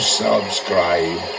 subscribe